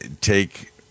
take